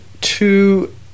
two